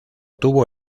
tuvo